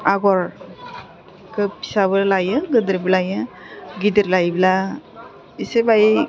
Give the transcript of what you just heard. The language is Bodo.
आगरखौ फिसाबो लायो गिदिरबो लायो गिदिर लायोब्ला इसे बाहाय